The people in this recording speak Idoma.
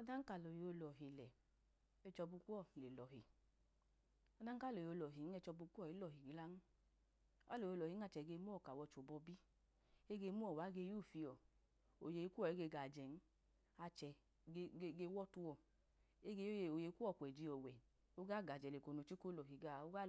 Ọdan ka lije olọhilẹ, echọbu kuwọ le lọhi, ọdan ka liye olọtin, ẹchobu kuwọ iga lohi no, aliye olọhi ache̱ germuwọ ka wọchẹ obọbi, ege muwọ uwage yufiyọ ojeyi kuwọ ige gajẹ n, achẹ ge ge wọtuọ ochẹ loyeyi kuwọ ge kweji ọwẹ. Oga